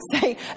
say